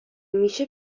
میشه